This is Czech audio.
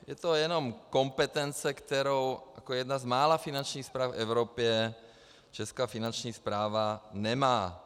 Je to jenom kompetence, kterou jako jedna z mála finančních správ v Evropě česká Finanční správa nemá.